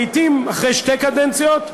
לעתים אחרי שתי קדנציות,